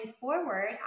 forward